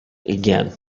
again